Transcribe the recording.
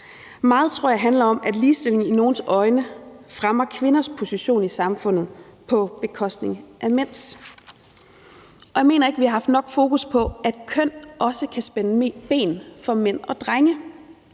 Meget tror jeg handler om, at ligestilling i nogles øjne fremmer kvinders position i samfundet på bekostning af mænds. Og jeg mener ikke, at vi har haft nok fokus på, at køn også kan spænde ben for mænd og drenge,